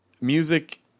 music